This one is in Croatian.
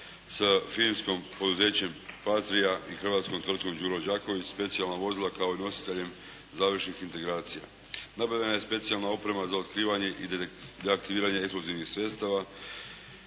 s finskim poduzećem "Patria" i hrvatskom tvrtkom "Đuro Đaković" specijalna vozila kao i nositeljem završnih integracija. Nabavljena je specijalna oprema za otkrivanje i deaktiviranje eksplozivnih sredstava